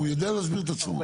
הוא יודע להסביר את עצמו.